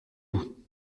bout